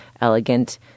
elegant